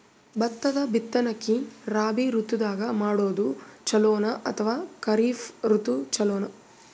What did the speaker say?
ಭತ್ತದ ಬಿತ್ತನಕಿ ರಾಬಿ ಋತು ದಾಗ ಮಾಡೋದು ಚಲೋನ ಅಥವಾ ಖರೀಫ್ ಋತು ಚಲೋನ?